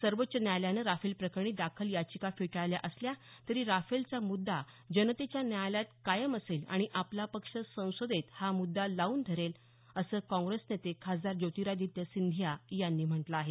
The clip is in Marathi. सर्वोच्च न्यायालयानं राफेल प्रकरणी दाखल याचिका फेटाळल्या असल्या तरी राफेलचा मुद्दा जनतेच्या न्यायालयात कायम असेल आणि आपला पक्ष संसदेत हा मुद्दा लावून धरेल असं काँग्रेस नेते खासदार ज्योतिरादित्य सिंधिया यांनी म्हटलं आहे